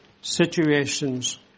situations